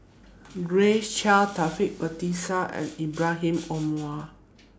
Grace Chia Taufik Batisah and Ibrahim Omar